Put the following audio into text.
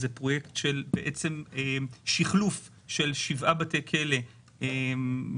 זה פרויקט של שכלוף של שבעה בתי כלא מיושנים